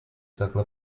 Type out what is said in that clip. takhle